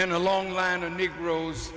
in a long line of negroes